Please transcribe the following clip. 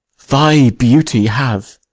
thy beauty hath,